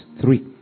Three